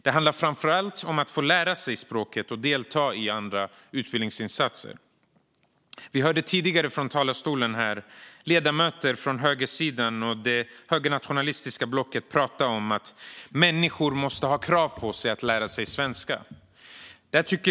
Det handlar framför allt om att få lära sig språket och delta i andra utbildningsinsatser. Vi hörde tidigare från talarstolen här ledamöter från högersidan och det högernationalistiska blocket tala om att människor måste ha krav på sig att lära sig svenska.